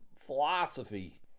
philosophy